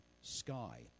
sky